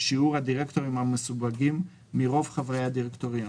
שיעור הדירקטורים המסווגים מרוב חברי הדירקטוריון,